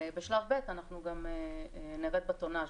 בשלב ב' אנחנו גם נרד בטונאז',